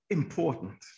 important